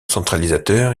centralisateur